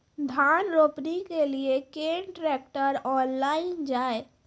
धान रोपनी के लिए केन ट्रैक्टर ऑनलाइन जाए?